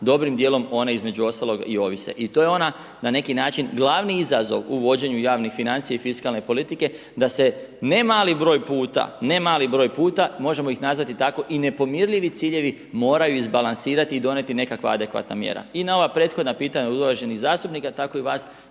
dobrim dijelom one između ostalo i ovise i to je ona na neki način glavni izazov u vođenju javnih financija i fiskalne politike, da se ne mali broj puta, ne mali broj puta možemo ih nazvati tako i nepomirljivi ciljevi moraju izbalansirati i donijeti nekakva adekvatna mjera. I na ova prethodna pitanja od uvaženih zastupnika tako i vas